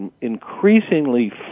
increasingly